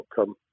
outcome